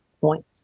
point